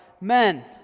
men